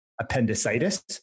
Appendicitis